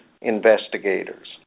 investigators